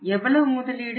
எவ்வளவு முதலீடு